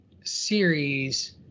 series